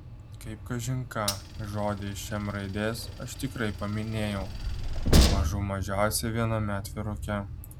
kaip kažin ką žodį iš m raidės aš tikrai paminėjau mažų mažiausiai viename atviruke